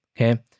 Okay